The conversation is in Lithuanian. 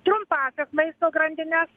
trumpąsias maisto grandines